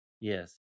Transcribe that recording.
Yes